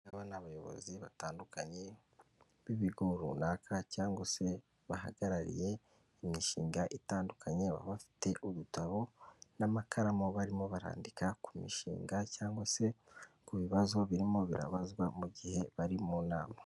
Aba ni abayobozi batandukanye b'ibigo runaka cyangwa se bahagarariye imishinga itandukanye, baba bafite ubutabo n'amakaramu barimo barandika ku mishinga cyangwa se ku bibazo birimo birabazwa mu gihe bari mu nama.